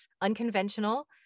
unconventional